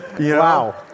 Wow